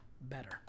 better